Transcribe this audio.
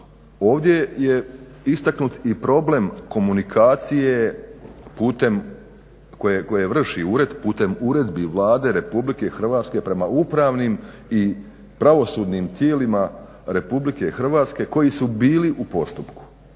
Ovdje je istaknut i problem komunikacije putem koje vrši ured putem uredbi Vlade RH prema upravnim i pravosudnim tijelima RH koji su bili u postupku.